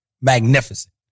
Magnificent